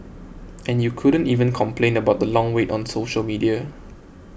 and you couldn't even complain about the long wait on social media